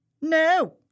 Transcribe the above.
No